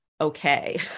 okay